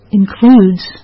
includes